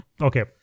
okay